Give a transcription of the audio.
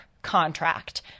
contract